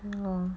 no